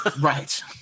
Right